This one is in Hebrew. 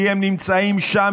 כי הם נמצאים שם.